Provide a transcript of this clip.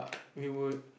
we would